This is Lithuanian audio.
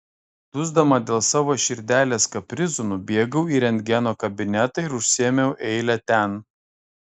dusdama dėl savo širdelės kaprizų nubėgau į rentgeno kabinetą ir užsiėmiau eilę ten